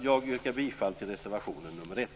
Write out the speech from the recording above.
Jag yrkar bifall till reservation nr 1.